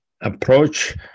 approach